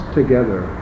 together